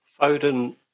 Foden